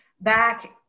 back